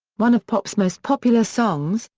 one of pop's most popular songs,